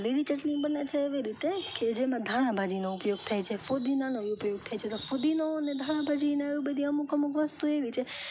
તો લીલી ચટણી બને છે એવી રીતે કે જેમાં ધાણાભાજીનો ઉપયોગ થાય છે ફૂદીનાનો ય ઉપયોગ થાય છે ફૂદીનો ને ધાણાભાજી એવી બધી અમુક અમુક વસ્તુ એવી છે